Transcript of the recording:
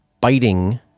biting